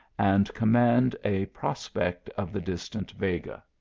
and command a prospect of the distant vega.